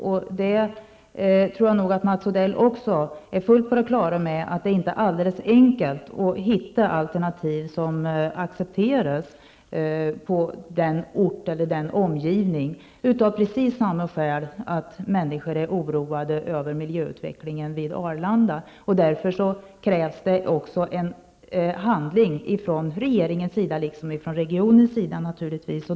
Jag tror att Mats Odell är fullt på det klara med att det inte är helt lätt att hitta alternativ som accepteras på den ort eller i den omgivning som det är fråga om -- av precis samma skäl som vid Arlanda: Människor är oroade över miljöutvecklingen. Därför krävs det handling från regeringens sida liksom från regionens sida.